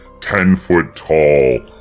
ten-foot-tall